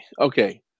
okay